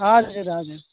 हजुर हजुर